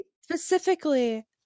specifically